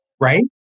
right